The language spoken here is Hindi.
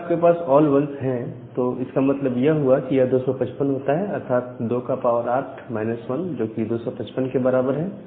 अगर आपके पास ऑल 1s है तो इसका मतलब यह हुआ कि यह 255 होता है अर्थात 28 माइनस वन जो कि 255 के बराबर है